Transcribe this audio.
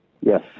Yes